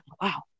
wow